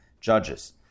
Judges